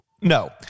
no